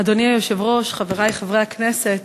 אדוני היושב-ראש, חברי חברי הכנסת,